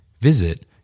Visit